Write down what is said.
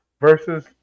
versus